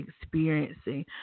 experiencing